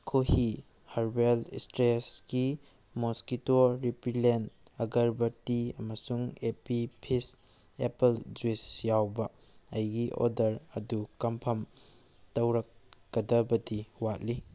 ꯈꯣꯍꯤ herbal ꯏꯁꯇ꯭ꯔꯦꯁꯀꯤ mosquito repellent agarbatti ꯑꯃꯁꯨꯡ ꯑꯦꯄꯤ ꯐꯤꯁ ꯑꯦꯄꯜ ꯖꯨꯏꯁ ꯌꯥꯎꯕ ꯑꯩꯒꯤ ꯑꯣꯗꯔ ꯑꯗꯨ ꯀꯝꯐꯔꯝ ꯇꯧꯔꯛꯀꯗꯕꯗꯤ ꯋꯥꯠꯂꯤ